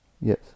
Yes